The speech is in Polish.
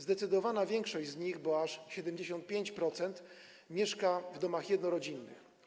Zdecydowana większość z nich, bo aż 75%, mieszka w domach jednorodzinnych.